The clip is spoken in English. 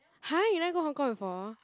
!huh! you never go Hong Kong before